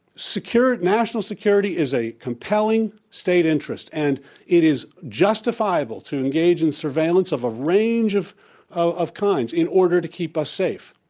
national security is a compelling state interest, and it is justifiable to engage in surveillance of a range of of kinds in order to keep us safe.